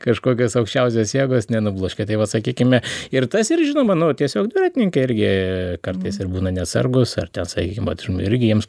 kažkokios aukščiausios jėgos nenubloškė tai va sakykime ir tas ir žinoma nu tiesiog dviratininkai irgi kartais ir būna neatsargūs ar ten sakykim vat irgi jiems